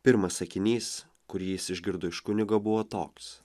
pirmas sakinys kurį jis išgirdo iš kunigo buvo toks